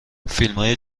فیلمای